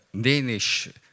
Danish